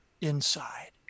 inside